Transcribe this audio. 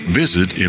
visit